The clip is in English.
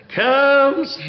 comes